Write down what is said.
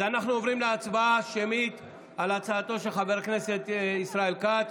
אנחנו עוברים להצבעה שמית על הצעתו של חבר הכנסת ישראל כץ.